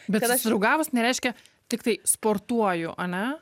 bet susidraugavus nereiškia tiktai sportuoju ane